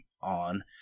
on